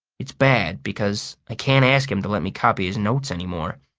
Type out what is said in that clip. it's bad because i can't ask him to let me copy his notes anymore.